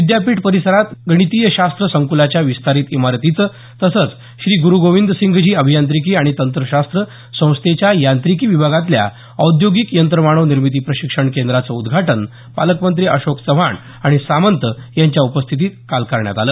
विद्यापीठ परिसरात गणितीयशास्त्र संकूलाच्या विस्तारित इमारतीचं तसंच श्री ग्रुगोविंद सिंघजी अभियांत्रिकी आणि तंत्रशास्त्र संस्थेच्या यांत्रिकी विभागातल्या औद्योगिक यंत्रमानव निर्मिती प्रशिक्षण केंद्राचं उद्घाटन पालकमंत्री अशोक चव्हाण आणि सामंत यांच्या उपस्थितीत काल करण्यात आलं